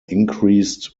increased